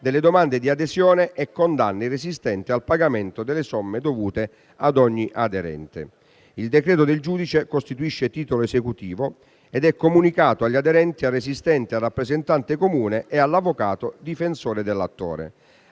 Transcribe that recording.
delle domande di adesione e condanna il resistente al pagamento delle somme dovute ad ogni aderente. Il decreto del giudice costituisce titolo esecutivo ed è comunicato agli aderenti, al resistente, al rappresentante comune e all'avvocato difensore dell'attore.